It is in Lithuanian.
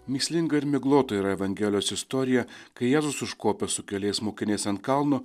mįslinga ir miglota yra evangelijos istorija kai jėzus užkopė su keliais mokiniais ant kalno